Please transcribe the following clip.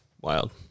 wild